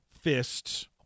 fists